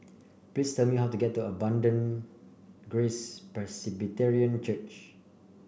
please tell me how to get to Abundant Grace Presbyterian Church